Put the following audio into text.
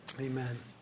Amen